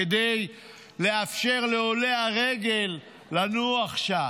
כדי לאפשר לעולי הרגל לנוח שם.